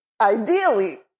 ideally